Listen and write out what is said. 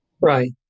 Right